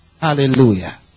Hallelujah